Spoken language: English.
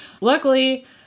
Luckily